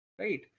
Right